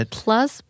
plus